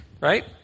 Right